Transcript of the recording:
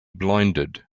blinded